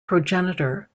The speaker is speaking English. progenitor